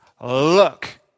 look